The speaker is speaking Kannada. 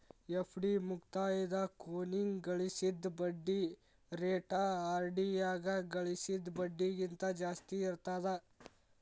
ಎಫ್.ಡಿ ಮುಕ್ತಾಯದ ಕೊನಿಗ್ ಗಳಿಸಿದ್ ಬಡ್ಡಿ ರೇಟ ಆರ್.ಡಿ ಯಾಗ ಗಳಿಸಿದ್ ಬಡ್ಡಿಗಿಂತ ಜಾಸ್ತಿ ಇರ್ತದಾ